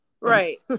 Right